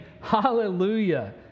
Hallelujah